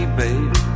baby